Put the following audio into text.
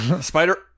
Spider